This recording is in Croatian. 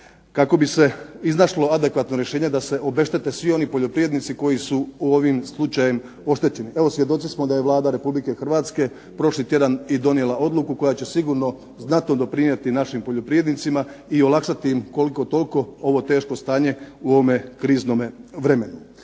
kako bi se iznašlo adekvatno rješenje da se obeštete svi oni poljoprivrednici koji su ovim slučajem oštećeni. Evo svjedoci smo da je Vlada Republike Hrvatske prošli tjedan i donijela odluku koja će sigurno znatno doprinijeti našim poljoprivrednicima i olakšati im koliko toliko ovo teško stanje u ovome kriznome vremenu.